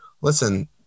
listen